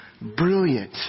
brilliant